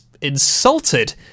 insulted